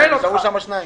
נשארו רק שניים.